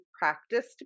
practiced